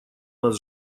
нас